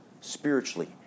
spiritually